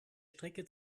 strecke